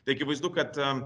tai akivaizdu kad